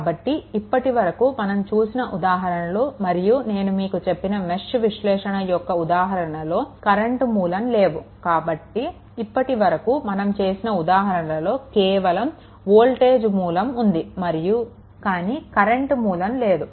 కాబట్టి ఇప్పటి వరకు మనం చూసిన ఉదాహరణలు మరియు నేను చెప్పిన మెష్ విశ్లేషణ యొక్క ఉదాహరణలో కరెంట్ మూలం లేవు ఇప్పటి వరకు మనం చేసిన ఉదాహరణలలో కేవలం వోల్టేజ్ మూలం ఉంది కానీ కరెంట్ మూలం లేదు